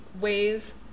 ways